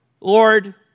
Lord